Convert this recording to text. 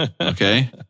okay